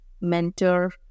mentor